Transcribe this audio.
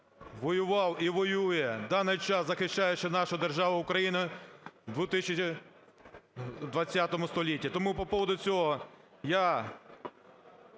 воював і воює в даний час, захищаючи нашу державу Україну в ХХ столітті. Тому по поводу цього я